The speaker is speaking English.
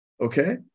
okay